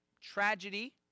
tragedy